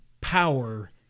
Power